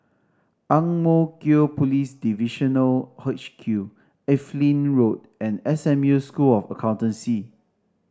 Ang Mo Kio Police Divisional H Q Evelyn Road and S M U School of Accountancy